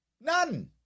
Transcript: None